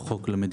שלו.